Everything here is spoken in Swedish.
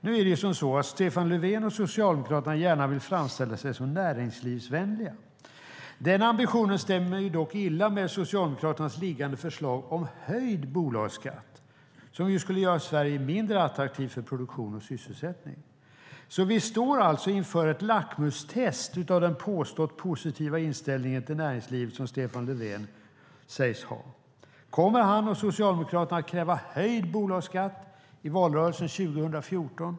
Nu är det så att Stefan Löfven och Socialdemokraterna gärna vill framställa sig som näringslivsvänliga, men den ambitionen stämmer illa med Socialdemokraternas liggande förslag om höjd bolagsskatt, som ju skulle göra Sverige mindre attraktivt för produktion och sysselsättning. Vi står alltså inför ett lackmustest av den påstått positiva inställning till näringsliv Stefan Löfven sägs ha. Kommer han och Socialdemokraterna att kräva höjd bolagsskatt i valrörelsen 2014?